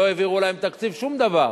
לא העבירו להם תקציב, שום דבר.